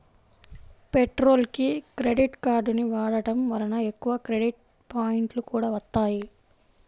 పెట్రోల్కి క్రెడిట్ కార్డుని వాడటం వలన ఎక్కువ క్రెడిట్ పాయింట్లు కూడా వత్తాయి